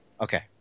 Okay